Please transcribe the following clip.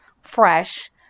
fresh